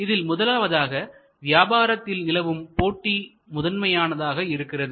இதில் முதலாவதாக வியாபாரத்தில் நிலவும் போட்டி முதன்மையானதாக இருக்கிறது